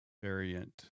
variant